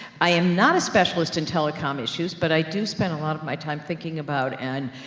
i am not a specialist in telecom issues, but i do spend a lot of my time thinking about, and